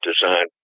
design